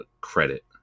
credit